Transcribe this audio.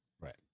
right